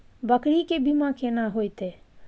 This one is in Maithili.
बकरी के बीमा केना होइते?